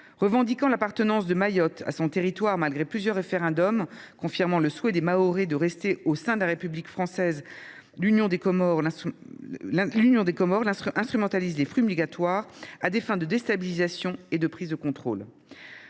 Revendiquant l’appartenance de Mayotte à son territoire, malgré plusieurs référendums confirmant le souhait des Mahorais de rester au sein de la République française, l’Union des Comores instrumentalise les flux migratoires à des fins de déstabilisation et de prise de contrôle.